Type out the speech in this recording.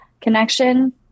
Connection